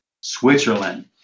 Switzerland